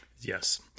Yes